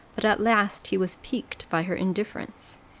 but at last he was piqued by her indifference,